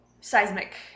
seismic